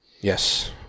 Yes